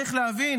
צריך להבין,